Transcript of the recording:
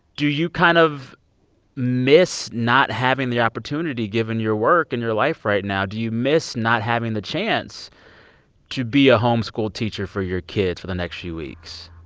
do you kind of miss not having the opportunity given your work and your life right now, do you miss not having the chance to be a homeschool teacher for your kids for the next few weeks?